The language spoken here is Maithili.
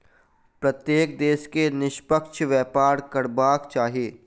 प्रत्येक देश के निष्पक्ष व्यापार करबाक चाही